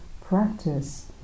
practice